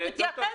תתייחס,